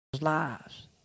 lives